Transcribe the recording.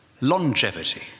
Longevity